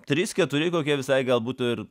trys keturi kokie visai gal būtų ir